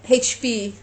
H_P